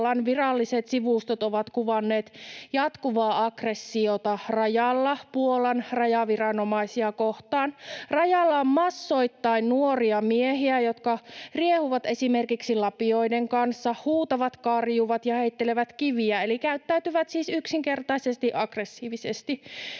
viralliset sivustot ovat kuvanneet jatkuvaa aggressiota rajalla Puolan rajaviranomaisia kohtaan. Rajalla on massoittain nuoria miehiä, jotka riehuvat esimerkiksi lapioiden kanssa, huutavat, karjuvat ja heittelevät kiviä, eli käyttäytyvät siis yksinkertaisesti aggressiivisesti.